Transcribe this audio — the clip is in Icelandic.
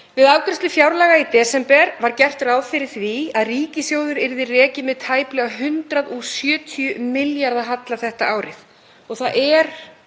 Við afgreiðslu fjárlaga í desember var gert ráð fyrir að ríkissjóður yrði rekinn með tæplega 170 milljarða halla þetta árið.